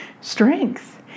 Strength